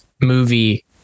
movie